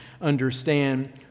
understand